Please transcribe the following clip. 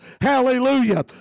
hallelujah